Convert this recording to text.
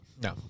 No